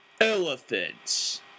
Elephants